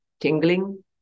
tingling